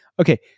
Okay